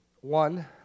One